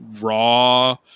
raw